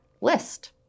list